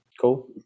Cool